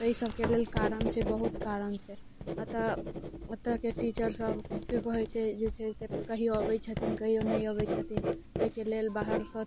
ताहि सबके लेल कारण छै बहुत कारण छै अतऽ ओतऽ के टीचर सब की कहैत छै जे छै से कहियो अबैत छथिन कहियो नहि अबैत छथिन एहिके लेल बाहरसँ